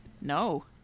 No